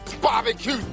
Barbecue